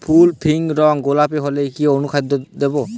ফুল কপির রং গোলাপী হলে কি অনুখাদ্য দেবো?